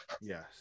Yes